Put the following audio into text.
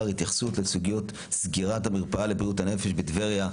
התייחסות לסוגיות סגירת המרפאה לבריאות הנפש בטבריה,